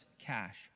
cash